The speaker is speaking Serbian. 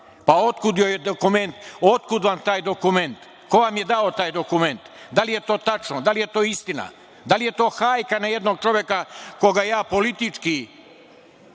Otkud vam taj dokument? Ko vam je dao taj dokument? Da li je to tačno? Da li je to istina? Da li je to hajka na jednog čoveka koga ja politički